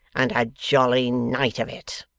and a jolly night of it